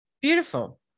beautiful